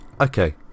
Okay